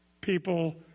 People